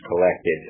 collected